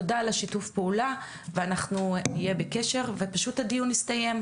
תודה על השיתוף פעולה ואנחנו נהיה בקשר ופשוט הדיון הסתיים.